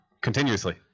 continuously